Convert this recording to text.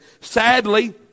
sadly